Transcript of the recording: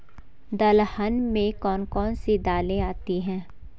दलहन में कौन कौन सी दालें आती हैं?